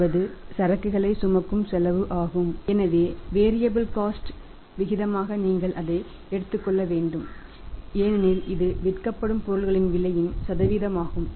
என்பது சரக்குகளை சுமக்கும் செலவு ஆகும் எனவே வேரியாபில் காஸ்ட ன் விகிதமாக நீங்கள் அதை எடுத்துக்கொள்ள வேண்டும் ஏனெனில் இது விற்கப்படும் பொருட்களின் விலையின் சதவீதமாகும்